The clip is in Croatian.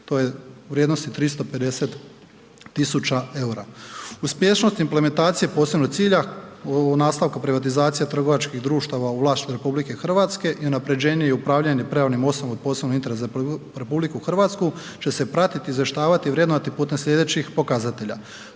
to je u vrijednosti 350 tisuća eura. Uspješnost implementacije posebnog cilja u ovom nastavku privatizacije trgovačkih društava u vlasništvu RH i unaprjeđenje i upravljanje pravnim osobama od posebnog interesa za RH će se pratiti i izvještavati i vrednovati putem sljedećih pokazatelja.